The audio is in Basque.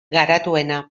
garatuena